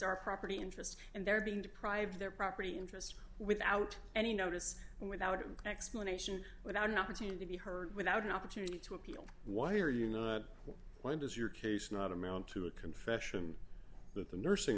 are property interest and they're being deprived of their property interest without any notice and without explanation without an opportunity to be heard without an opportunity to appeal why are you not why does your case not amount to a confession that the nursing